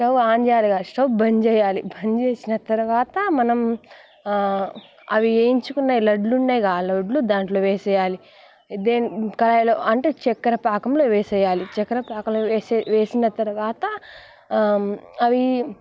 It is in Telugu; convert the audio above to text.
స్టవ్ ఆన్ చేయాలి కాదు స్టవ్ బంద్ చేయాలి బంద్ చేసిన తరువాత మనం అవి వేయించుకున్న లడ్లు ఉన్నాయిగా ఆ లడ్లు దాంట్లో వేసేయాలి దేని కడాయిలో అంటే చక్కర పాకంలో వేసేయాలి చక్కెర పాకంలో వేసి వేసిన తర్వాత అవి